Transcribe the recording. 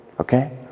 Okay